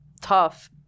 tough